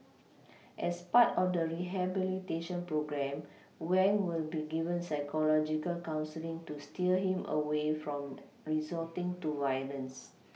as part on the rehabilitation programme Wang will be given psychological counselling to steer him away from resorting to violence